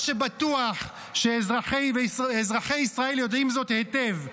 מה שבטוח, שאזרחי ישראל יודעים זאת היטב.